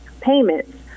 payments